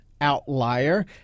outlier